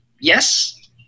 Yes